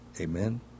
Amen